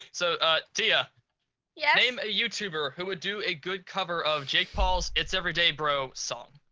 so tia yeah, i'm a youtuber who would do a good cover of jake paul's it's everyday bro song